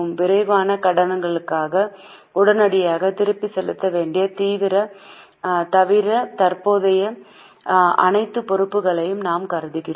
விரைவான கடன்களுக்காக உடனடியாக திருப்பிச் செலுத்த வேண்டியவை தவிர தற்போதைய அனைத்து பொறுப்புகளையும் நாம் கருதுகிறோம்